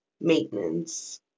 maintenance